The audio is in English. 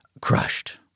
Crushed